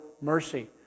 mercy